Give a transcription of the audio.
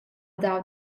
dau